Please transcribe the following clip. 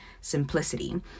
simplicity